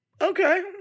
okay